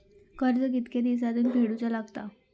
कर्ज कितके दिवसात फेडूचा लागता?